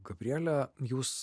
gabriele jūs